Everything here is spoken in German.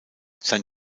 sein